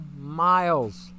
miles